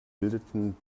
bildeten